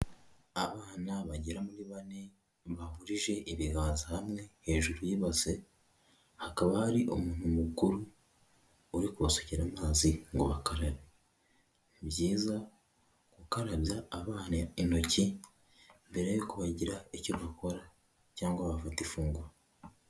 Abana bagera muri bane bahurije ibiganza hamwe hejuru y'ibase, hakaba hari umuntu mukuru uri kubasukira amazi ngo bakarabe, ni byiza gukarabya abana intoki mbere y'uko bagira icyo bakora, cyangwa bafata ifungunro.